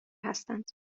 هستند